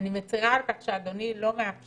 אני מצרה על כך שאדוני לא מאפשר